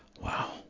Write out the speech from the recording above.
wow